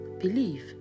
believe